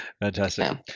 Fantastic